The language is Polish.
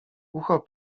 ucho